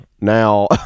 now